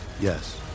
Yes